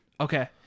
Okay